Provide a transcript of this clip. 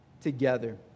together